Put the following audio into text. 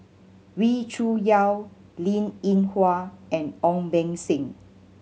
Wee Cho Yaw Linn In Hua and Ong Beng Seng